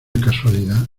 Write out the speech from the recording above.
casualidad